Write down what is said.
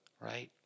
right